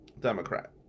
Democrat